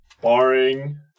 barring